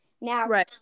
Now